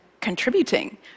contributing